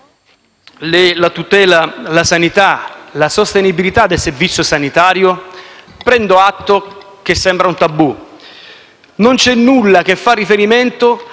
riguarda la sanità e la sostenibilità del Servizio sanitario, prendo atto che sembra un tabù: non c'è nulla che faccia riferimento